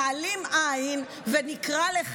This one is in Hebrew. שבו אני אשלח למשימה ולא יהיה מי שיגן עליי.